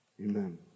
Amen